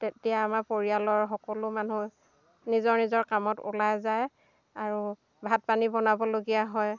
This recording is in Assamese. তেতিয়া আমাৰ পৰিয়ালৰ সকলো মানুহ নিজৰ নিজৰ কামত ওলাই যায় আৰু ভাত পানী বনাবলগীয়া হয়